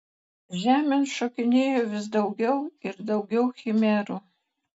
žemėn šokinėjo vis daugiau ir daugiau chimerų